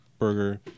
burger